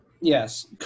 Yes